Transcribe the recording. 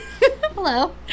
hello